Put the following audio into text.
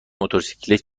موتورسیکلت